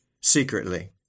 secretly